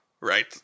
Right